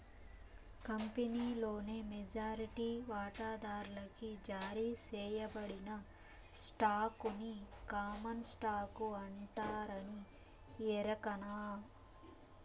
కంపినీలోని మెజారిటీ వాటాదార్లకి జారీ సేయబడిన స్టాకుని కామన్ స్టాకు అంటారని ఎరకనా